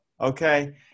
okay